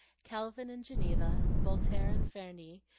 calvin and geneva, voltaire and ferney,